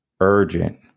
urgent